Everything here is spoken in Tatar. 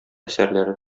әсәрләре